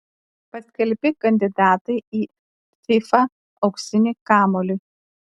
paskelbti kandidatai į fifa auksinį kamuolį